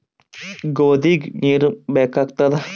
ಗೋಧಿಗ ನೀರ್ ಬೇಕಾಗತದ?